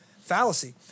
fallacy